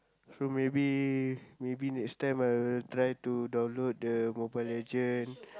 so maybe maybe next time I'll try to download the Mobile-Legend